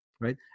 right